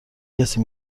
کسی